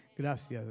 Gracias